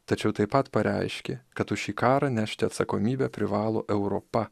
tačiau taip pat pareiškė kad už šį karą nešti atsakomybę privalo europa